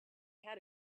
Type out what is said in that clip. had